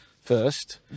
first